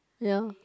yeah